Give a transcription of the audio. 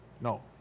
No